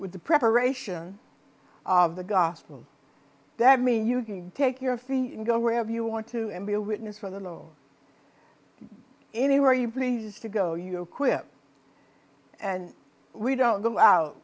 with the preparation of the gospel that mean you can take your feet and go wherever you want to and be a witness for the law anywhere you please to go your quip and we don't go out